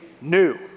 new